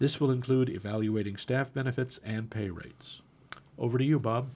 this will include evaluating staff benefits and pay rates over to you bob